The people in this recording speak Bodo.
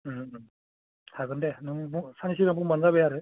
उम उम हागोन दे नों बुं साननैसो सिगां बुंबानो जाबाय आरो